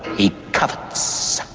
he covets,